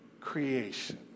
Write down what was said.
creation